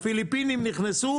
מהפיליפינים נכנסו